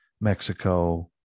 Mexico